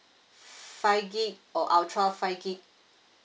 five G_B or ultra five G_B